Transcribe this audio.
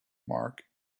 mark